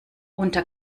unter